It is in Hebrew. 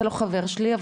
אתה לא חבר שלי,